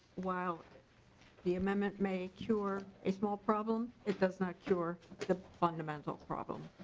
while the amendment may cure a small problem it does not cure the fundamental problem.